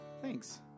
thanks